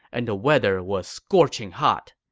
and the weather was scorching hot.